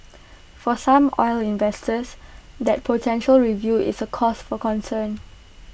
for some oil investors that potential review is A cause for concern